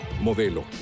Modelo